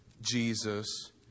Jesus